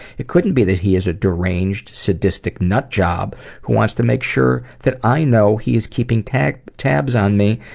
it couldn't be that he is a deranged, sadistic nutjob who wants to make sure that i know that he is keeping tabs tabs on me,